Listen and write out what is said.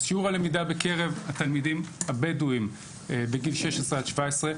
אז שיעור הלמידה בקרב התלמידים הבדואים בגיל 16-17,